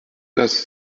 das